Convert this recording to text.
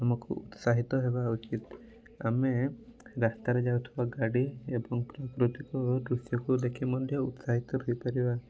ଆମକୁ ଉତ୍ସାହିତ ହେବା ଉଚିତ୍ ଆମେ ରାସ୍ତାରେ ଯାଉଥିବା ଗାଡ଼ି ଏବଂ ପ୍ରାକୃତିକ ଦୃଶ୍ୟକୁ ଦେଖି ମଧ୍ୟ ଉତ୍ସାହିତ ହୋଇପାରିବା